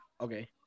Okay